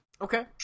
Okay